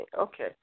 Okay